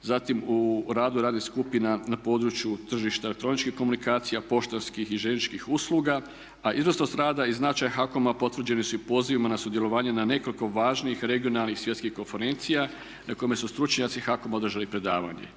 zatim u radu radnih skupina na području tržišta elektroničkih komunikacija, poštanskih i željezničkih usluga a izvrsnost rada i značaj HAKOM-a potvrđeni su i pozivima na sudjelovanje na nekoliko važnih regionalnih i svjetskih konferencija na kojima su stručnjaci HAKOM-a održali predavanje.